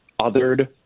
othered